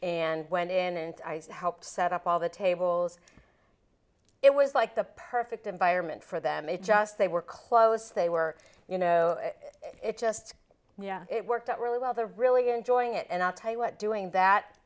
and went in and helped set up all the tables it was like the perfect environment for them it just they were close they were you know it just it worked out really well they're really enjoying it and i'll tell you what doing that